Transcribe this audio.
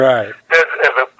Right